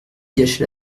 gâché